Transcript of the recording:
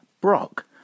Brock